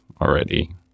already